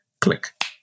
click